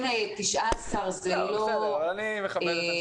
אם 19 לא מסתייע,